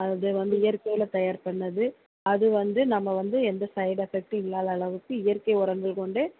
அது வந்து இயற்கையில் தயார் பண்ணது அது வந்து நம்ம வந்து எந்த சைட் எஃபக்ட்டும் இல்லாத அளவுக்கு இயற்கை உரங்கள் கொண்டு